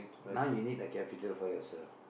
now you need a capital for yourself